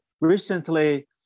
recently